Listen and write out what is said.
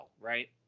right